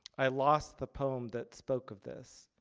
i lost the poem that spoke of this.